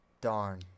Darn